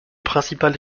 principal